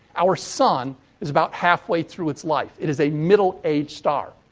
our sun is about half-way through its life. it is a middle aged star.